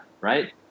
right